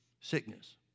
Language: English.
sickness